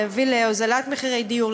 להביא להוזלת מחירי דיור,